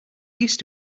used